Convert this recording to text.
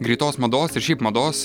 greitos mados ir šiaip mados